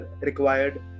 required